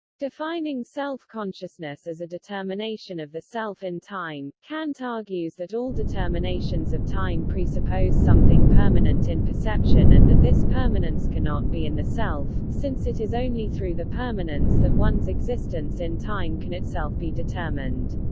defining self-consciousness as a determination of the self in time, kant argues that all determinations of time presuppose something permanent in perception and that this permanence cannot be in the self, since it is only through the permanence that one's existence in time can itself be determined.